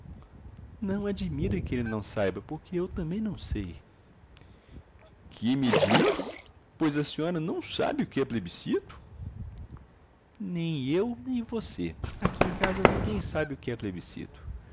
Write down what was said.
não admira que ele não saiba porque eu também não sei que me diz pois a senhora não sabe o que é plebiscito nem eu nem você aqui em casa ninguém sabe o que e plebiscito